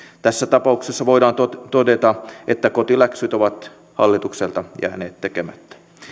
tässä tapauksessa voidaan todeta että kotiläksyt ovat hallitukselta jääneet tekemättä